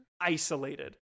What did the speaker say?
isolated